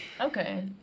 Okay